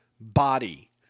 body